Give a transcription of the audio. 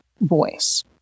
voice